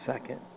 second